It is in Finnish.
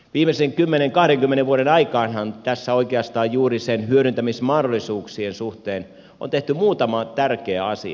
viimeisen kymmenenkahdenkymmenen vuoden aikaanhan tässä oikeastaan juuri niiden hyödyntämismahdollisuuksien suhteen on tehty muutama tärkeä asia